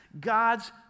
God's